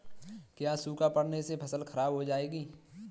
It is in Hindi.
क्या सूखा पड़ने से फसल खराब हो जाएगी?